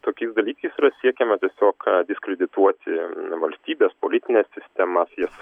tokiais dalykais yra siekiama tiesiog diskredituoti valstybės politines sistemas jas